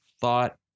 thought